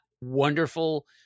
wonderful